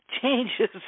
changes